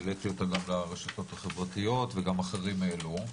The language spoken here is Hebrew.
העליתי אותה גם לרשתות החברתית וגם אחרים העלו,